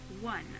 one